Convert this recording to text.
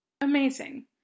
Amazing